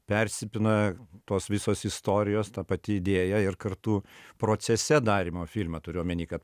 persipina tos visos istorijos ta pati idėja ir kartu procese darymo filme turiu omeny kad